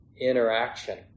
interaction